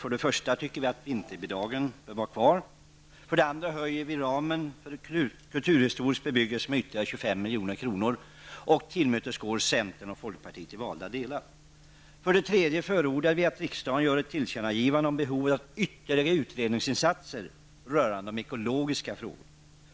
För det första tycker vi att vinterbidragen bör vara kvar. För det andra höjer vi ramen för kulturhistorisk bebyggelse med ytterligare 25 milj.kr. och tillmötesgår centern och folkpartiet i valda delar. För det tredje förordar vi att riksdagen gör ett tillkännagivande till regeringen om behovet av ytterligare utredningsinsatser rörande de ekologiska frågorna.